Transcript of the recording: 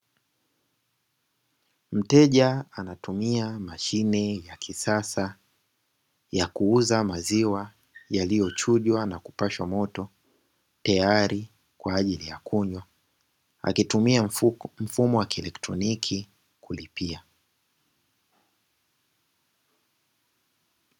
Mteja anatumia mashine ya kisasa ya kuuza maziwa yaliyochujwa na kupashwa moto tayari kwa ajili ya kunywa, akitumia mfumo wa kieletroniki kulipia.